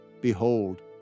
Behold